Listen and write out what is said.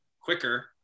quicker